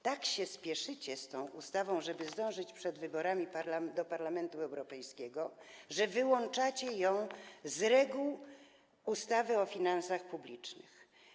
Tak się spieszycie z tą ustawą, żeby zdążyć przed wyborami do Parlamentu Europejskiego, że wyłączacie ją z reguł ustawy o finansach publicznych.